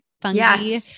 fungi